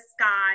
sky